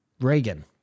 Reagan